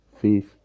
Faith